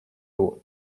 dur